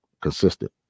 Consistent